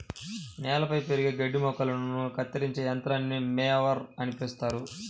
నేలపై పెరిగే గడ్డి మొక్కలను కత్తిరించే యంత్రాన్ని మొవర్ అని పిలుస్తారు